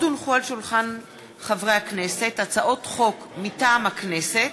לקריאה ראשונה, מטעם הכנסת: